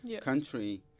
country